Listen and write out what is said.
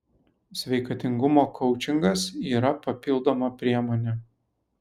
sveikatingumo koučingas yra papildoma priemonė